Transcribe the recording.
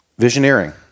Visioneering